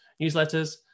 newsletters